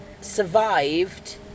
survived